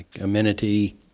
amenity